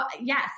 yes